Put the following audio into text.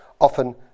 Often